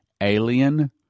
alien